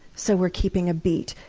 so we're keeping a beat.